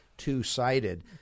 two-sided